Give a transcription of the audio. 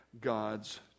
God's